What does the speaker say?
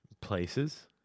Places